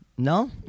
No